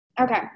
okay